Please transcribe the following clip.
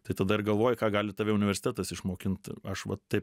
tai tada ir galvoji ką gali tave universitetas išmokint aš va taip